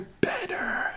Better